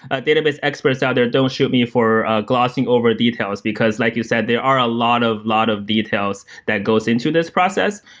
ah database experts out there, don't shoot me for glossing over details, because like you said, there are a lot of lot of details that goes into this process.